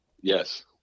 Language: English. Yes